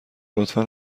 لطفا